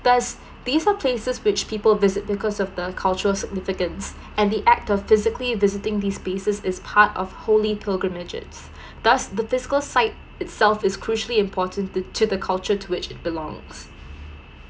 thus these are places which people visit because of the cultural significance and the act of physically visiting these spaces is part of holy pilgrimages thus the physical site itself is crucially important t~ to the culture to which it belongs